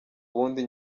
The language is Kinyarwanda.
ubundi